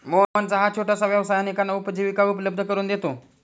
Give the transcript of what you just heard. मोहनचा हा छोटासा व्यवसाय अनेकांना उपजीविका उपलब्ध करून देतो